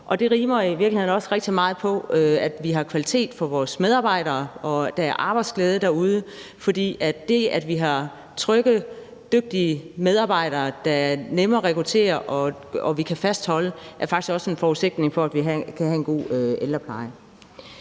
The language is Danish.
Det rimer i virkeligheden også rigtig meget på, at vi har kvalitet for vores medarbejdere, og at der er arbejdsglæde derude. For det, at vi har trygge og dygtige medarbejdere, der er nemme at rekruttere, og som vi kan fastholde, er faktisk også en forudsætning for, at vi kan have en god ældrepleje.